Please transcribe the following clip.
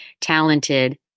talented